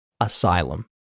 asylum